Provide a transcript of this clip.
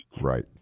right